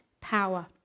power